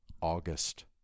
August